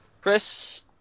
Chris